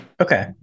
Okay